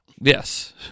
Yes